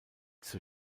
zur